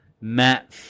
matt